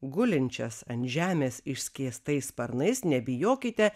gulinčias ant žemės išskėstais sparnais nebijokite